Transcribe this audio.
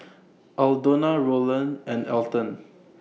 Aldona Rolland and Elton